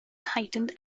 heightened